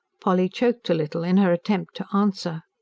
polly choked a little, in her attempt to answer.